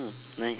nice